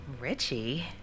Richie